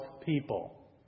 people